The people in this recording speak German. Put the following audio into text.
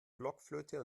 blockflöte